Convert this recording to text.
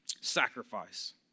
Sacrifice